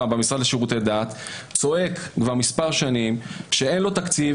במשרד לשירותי דת צועק כבר מספר שנים שאין לו תקציב